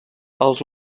els